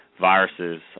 viruses